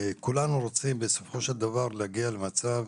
כולנו רוצים בסופו של דבר להגיע למצב,